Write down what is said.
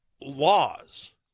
laws